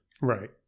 Right